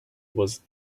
was